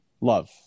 Love